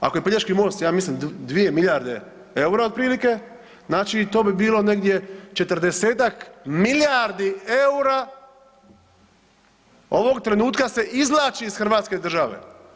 Ako je Pelješki most, ja mislim 2 milijarde EUR-a otprilike, znači to bi bilo negdje 40-tak milijardi EUR-a ovog trenutka se izvlači iz hrvatske države.